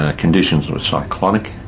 ah conditions were cyclonic,